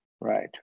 Right